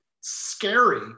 scary